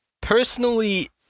personally